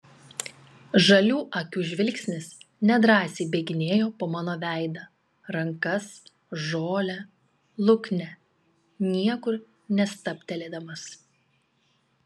žalių akių žvilgsnis nedrąsiai bėginėjo po mano veidą rankas žolę luknę niekur nestabtelėdamas